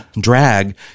drag